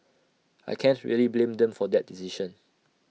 I can't really blame them for that decision